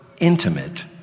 intimate